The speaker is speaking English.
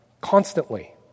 constantly